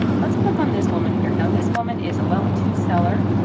let's click on this woman here. now this woman is a level two seller.